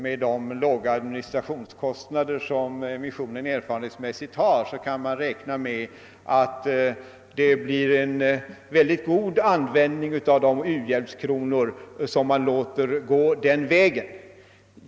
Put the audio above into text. Med de låga administrationskostnader som missionen erfarenhetsmässigt har tror jag man kan räkna med att de u-hjälpskronor man låter gå den vägen blir mycket väl använda.